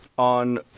On